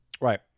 Right